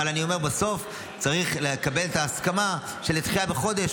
אבל בסוף צריך לקבל את ההסכמה של דחייה בחודש.